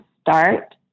start